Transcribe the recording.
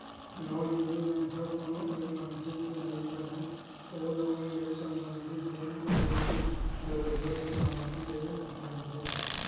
loan agreement ह कोनो एक मनखे के नइ बनय ओ लोन ले संबंधित बेंक अउ लोन लेवइया के सहमति ले बनथे